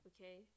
Okay